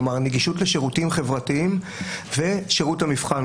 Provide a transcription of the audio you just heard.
כלומר: נגישות לשירותים חברתיים ושירות המבחן,